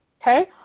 okay